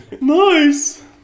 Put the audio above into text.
Nice